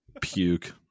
puke